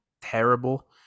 terrible